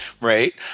right